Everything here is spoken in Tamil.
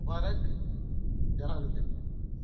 முபாரக் ஜலாலுதீன்